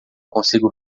consigo